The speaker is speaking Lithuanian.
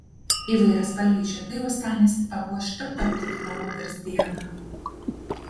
įvairiaspalviai žiedai uostamiestį papuoš tik tarptautinę moters dieną